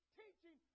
teaching